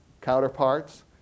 counterparts